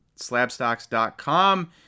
slabstocks.com